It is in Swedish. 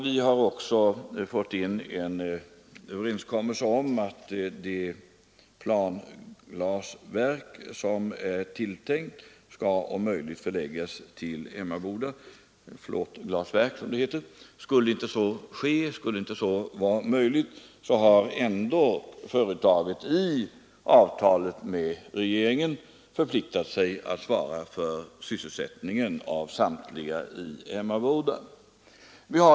Vi har också fått in en överenskommelse om att det planglasverk som är tilltänkt skall, om möjligt, förläggas till Emmaboda glasverk. Skulle inte så vara möjligt, har ändå företaget i avtalet med regeringen förpliktat sig att svara för sysselsättningen för samtliga i Emmaboda.